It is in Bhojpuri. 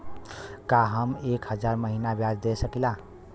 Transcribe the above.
का हम एक हज़ार महीना ब्याज दे सकील?